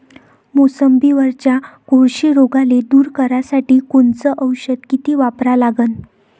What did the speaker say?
मोसंबीवरच्या कोळशी रोगाले दूर करासाठी कोनचं औषध किती वापरा लागन?